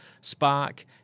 Spark